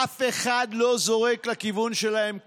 אף אחד לא זורק לכיוון שלהם כלום.